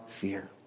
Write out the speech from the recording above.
fear